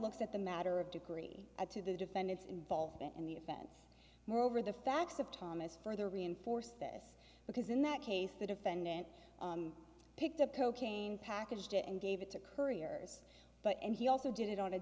looks at the matter of two add to the defendant's involvement in the events moreover the facts of thomas further reinforce this because in that case the defendant picked up cocaine packaged it and gave it to couriers but and he also did it on a